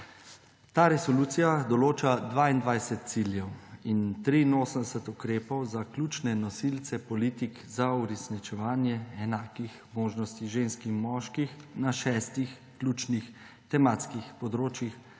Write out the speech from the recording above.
Ta resolucija določa 22 ciljev in 83 ukrepov za ključne nosilce politik za uresničevanje enakih možnosti žensk in moških na šestih ključnih tematskih področjih